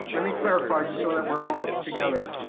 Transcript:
ah let me clarify just so that we're all together.